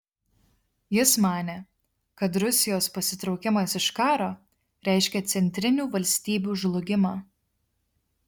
jis manė kad rusijos pasitraukimas iš karo reiškia centrinių valstybių žlugimą